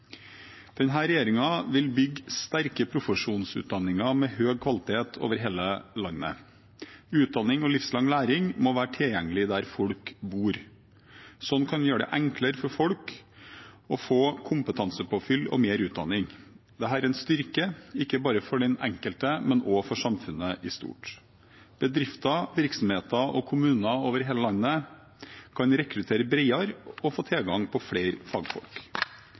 vil bygge sterke profesjonsutdanninger med høy kvalitet over hele landet. Utdanning og livslang læring må være tilgjengelig der folk bor. Slik kan vi gjøre det enklere for folk å få kompetansepåfyll og mer utdanning. Dette er en styrke ikke bare for den enkelte, men for samfunnet i stort. Bedrifter, virksomheter og kommuner over hele landet kan rekruttere bredere og få tilgang på flere fagfolk.